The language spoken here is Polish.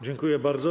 Dziękuję bardzo.